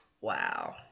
Wow